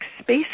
space